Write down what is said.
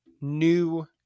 new